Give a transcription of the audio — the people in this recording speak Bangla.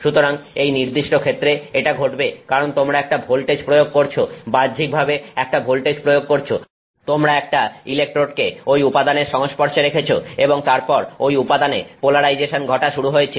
সুতরাং এই নির্দিষ্ট ক্ষেত্রে এটা ঘটবে কারণ তোমরা একটা ভোল্টেজ প্রয়োগ করেছো বাহ্যিকভাবে একটা ভোল্টেজ প্রয়োগ করেছো তোমরা একটা ইলেকট্রোডকে ঐ উপাদানের সংস্পর্শে রেখেছো এবং তারপর ঐ উপাদানে পোলারাইজেশন ঘটা শুরু হয়েছে